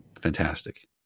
fantastic